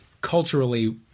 culturally